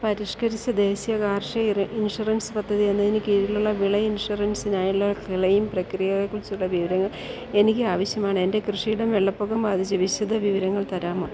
പരിഷ്കരിച്ച ദേശീയ കാർഷിക ഇൻഷുറൻസ് പദ്ധതിയെന്നതിന് കീഴിലുള്ള വിള ഇൻഷുറൻസിനായുള്ള ക്ലെയിം പ്രക്രിയയെക്കുറിച്ചുള്ള വിവരങ്ങൾ എനിക്കാവശ്യമാണ് എൻ്റെ കൃഷിയിടത്തില് വെള്ളപ്പൊക്കം ബാധിച്ചു വിശദവിവരങ്ങൾ തരാമോ